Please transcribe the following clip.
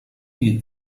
you